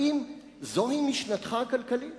האם זוהי משנתך הכלכלית?